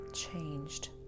changed